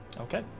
Okay